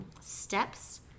steps